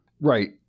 Right